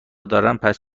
دارن، پس